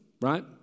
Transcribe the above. right